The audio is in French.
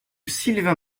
sylvain